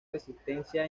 resistencia